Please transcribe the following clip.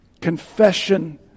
Confession